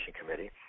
Committee